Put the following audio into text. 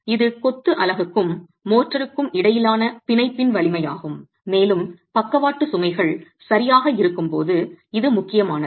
இது கொத்து அலகுக்கும் மோர்ட்டாருக்கும் இடையிலான பிணைப்பின் வலிமையாகும் மேலும் பக்கவாட்டு சுமைகள் சரியாக இருக்கும்போது இது முக்கியமானது